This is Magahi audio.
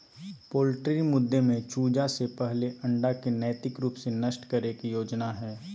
पोल्ट्री मुद्दे में चूजा से पहले अंडा के नैतिक रूप से नष्ट करे के योजना हइ